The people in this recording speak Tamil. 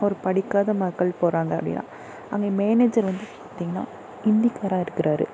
ஒரு படிக்காத மக்கள் போகிறாங்க அப்படின்னா அங்கே மேனேஜர் வந்து பார்த்திங்கன்னா ஹிந்திக்காராக இருக்கிறாரு